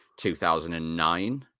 2009